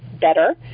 better